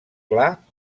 clar